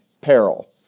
peril